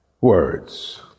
words